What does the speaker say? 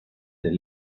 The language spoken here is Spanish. del